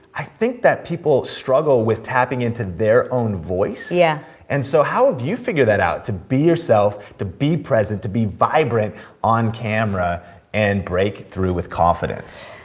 i think that people struggle with tapping it to their own voice yeah and so how have you figure that out be yourself to be present to be vibrant on camera and breakthrough with confidence